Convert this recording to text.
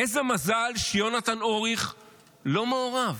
איזה מזל שיונתן אוריך לא מעורב.